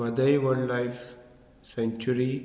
म्हदय wildlife sanctuary